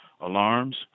alarms